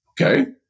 okay